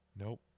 Nope